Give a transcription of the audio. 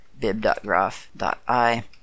bib.graph.i